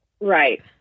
Right